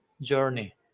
journey